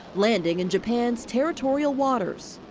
landing in japan's territorial waters.